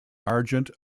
argent